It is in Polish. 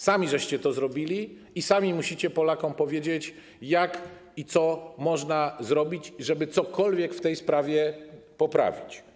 Sami to zrobiliście i sami musicie Polakom powiedzieć, jak i co można zrobić, żeby cokolwiek w tej sprawie poprawić.